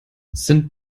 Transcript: sind